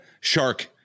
shark